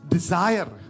Desire